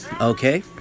Okay